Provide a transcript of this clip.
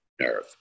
nerve